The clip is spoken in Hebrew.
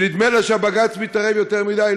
שנדמה לה שבג"ץ מתערב יותר מדי,